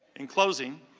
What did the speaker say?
in closing,